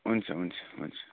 हुन्छ हुन्छ हुन्छ